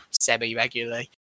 semi-regularly